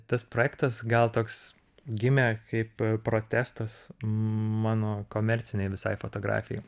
tas projektas gal toks gimė kaip protestas mano komercinei visai fotografijai